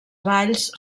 valls